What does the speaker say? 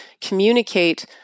communicate